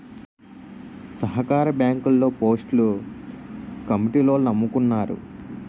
సహకార బ్యాంకుల్లో పోస్టులు కమిటీలోల్లమ్ముకున్నారు